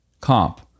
comp